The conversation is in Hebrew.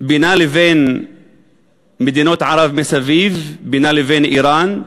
בינה לבין מדינות ערב מסביב, בינה לבין איראן,